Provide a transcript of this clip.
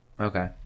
Okay